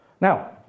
Now